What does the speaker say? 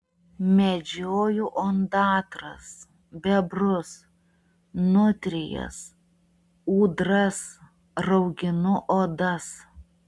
medžioju ondatras bebrus nutrijas ūdras rauginu odas